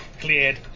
cleared